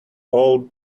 old